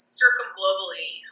circumglobally